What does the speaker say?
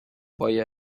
boy